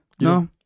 no